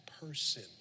person